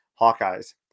Hawkeyes